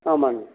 ஆமாங்க